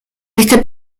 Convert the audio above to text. este